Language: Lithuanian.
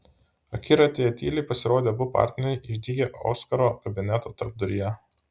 akiratyje tyliai pasirodė abu partneriai išdygę oskaro kabineto tarpduryje